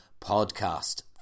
podcast